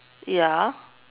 ya